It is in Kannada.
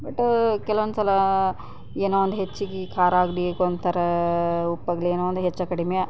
ಬಟ್ ಕೆಲವೊಂದ್ಸಲ ಏನೋ ಒಂದು ಹೆಚ್ಚಿಗೆ ಖಾರ ಆಗಲಿ ಒಂಥರ ಉಪ್ಪು ಆಗಲಿ ಏನೋ ಒಂದು ಹೆಚ್ಚು ಕಡಿಮೆ